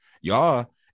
Y'all